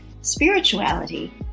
spirituality